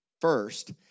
first